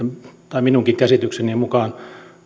tai minunkin käsitykseni mukaan